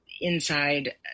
inside